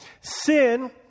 Sin